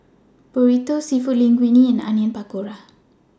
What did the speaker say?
Burrito Seafood Linguine and Onion Pakora